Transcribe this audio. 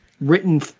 written